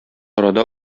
арада